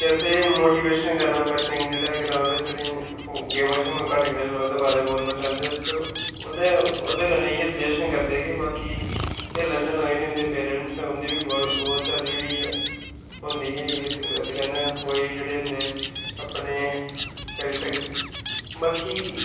असें मोटिवेशन करना बच्चें गी ग्रां च जेहडा गेमा शेमा घट्ट खेलन ओह्दे आस्तै बोलना चांह्दे अस तां ओह्दे कन्नै इयै सुजैशन करदे कि बाकी खेलां शैलां जेहड़ी हुंदी उंदे च पेरेंट्स ना उंदी बी बहुत सारी जेह्ड़ी उंदी ऐ जागत कन्नै जेह्ड़े हुंदे अपने करी सकदे बाकी जेह्की